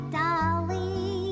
dolly